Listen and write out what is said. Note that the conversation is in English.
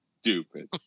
stupid